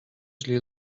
źli